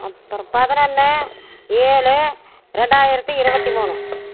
அப்பறம் பதினொன்னு ஏழு ரெண்டாயிரத்தி இருபத்தி மூணு